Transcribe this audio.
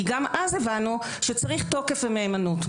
כי גם אז הבנו שצריך תוקף ומהימנות.